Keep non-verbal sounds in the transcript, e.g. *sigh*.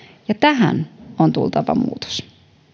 ja tähän *unintelligible* on tultava muutos